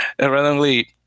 randomly